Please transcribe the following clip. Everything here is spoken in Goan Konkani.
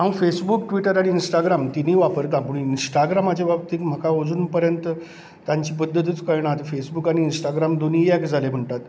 हांव फेसबुक ट्विटर आनी इंस्टाग्राम तिनुय वापरतां पूण इंस्टाग्रामाच्या बाबतींत म्हाका अजून पर्यंत तांची पद्धतुच कळना ते फेसबुक आनी इंस्टाग्राम दोनुय एक जाले म्हणटात